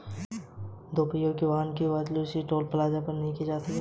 दो पहिया वाहन से कर की वसूली टोल प्लाजा पर नही की जाती है